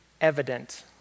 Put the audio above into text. evident